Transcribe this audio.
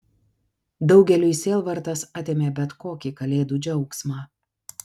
daugeliui sielvartas atėmė bet kokį kalėdų džiaugsmą